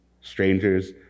strangers